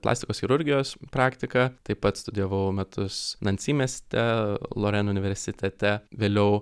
plastikos chirurgijos praktiką taip pat studijavau metus nansy mieste loren universitete vėliau